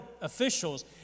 officials